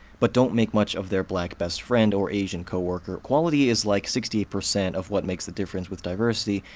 but don't make much of their black best friend or asian co-worker. quality is like sixty eight percent of what makes the difference with diversity,